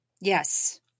Yes